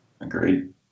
Agreed